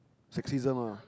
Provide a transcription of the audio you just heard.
sexism ah